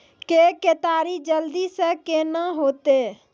के केताड़ी जल्दी से के ना होते?